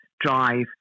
drive